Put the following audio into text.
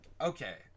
okay